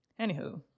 Anywho